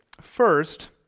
First